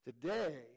Today